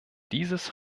dieses